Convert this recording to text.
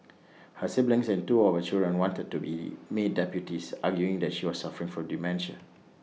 her siblings and two of her children wanted to be made deputies arguing that she was suffering from dementia